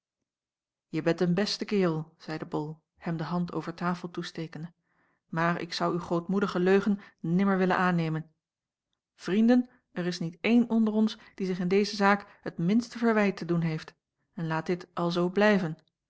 je bent een beste kerel zeide bol hem de hand over tafel toestekende maar ik zou uw grootmoedigen leugen nimmer willen aannemen vrienden er is niet een onder ons die zich in deze zaak het minste verwijt te doen heeft en laat dit alzoo blijven